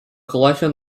collection